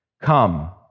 Come